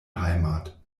heimat